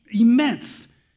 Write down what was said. immense